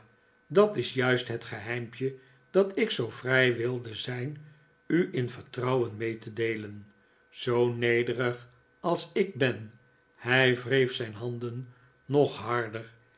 dat is juist het geheimpje dat ik zoo vrij wilde zijn u in vertrouwen mee te deelen zoo nederig als ik ben hij wreef zijn handen nog harder